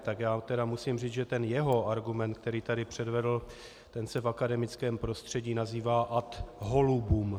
Tak já mu musím říct, že ten jeho argument, který tady předvedl, ten se v akademickém prostředí nazývá ad holubum.